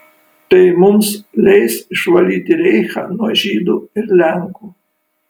tai mums leis išvalyti reichą nuo žydų ir lenkų